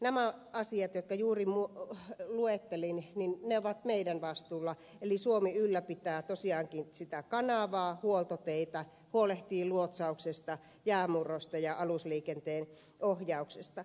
nämä asiat jotka juuri luettelin ovat meidän vastuullamme eli suomi ylläpitää tosiaankin sitä kanavaa huoltoteitä huolehtii luotsauksesta jäänmurrosta ja alusliikenteen ohjauksesta